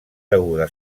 deguda